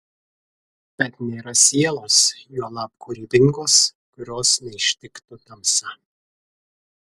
bet nėra sielos juolab kūrybingos kurios neištiktų tamsa